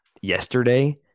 yesterday